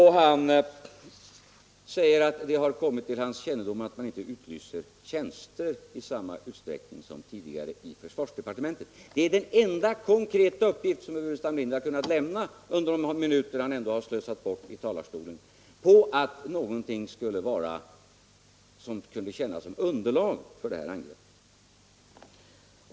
Herr Burenstam Linder säger att det kommit till hans kännedom att man inte utlyser tjänster i samma utsträckning som tidigare i försvarsdepartementet. Det är den enda konkreta uppgift som herr Burenstam Linder kunnat lämna under de minuter han ändå slösar bort i talarstolen när det gällde att visa att någonting kunde tjäna som underlag för det här angreppet.